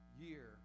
year